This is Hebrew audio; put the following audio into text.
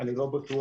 אני לא בטוח,